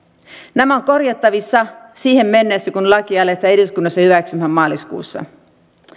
nämä ovat korjattavissa siihen mennessä kun lakia aletaan eduskunnassa hyväksymään maaliskuussa itse